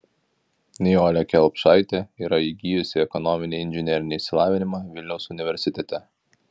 nijolė kelpšaitė yra įgijusi ekonominį inžinerinį išsilavinimą vilniaus universitete